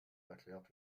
erklärt